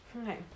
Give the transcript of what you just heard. Okay